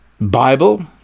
bible